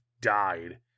died